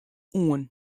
oan